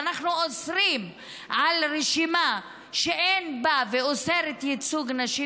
אנחנו אוסרים על רשימה שאין בה ושאוסרת ייצוג נשים,